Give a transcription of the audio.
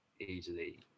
easily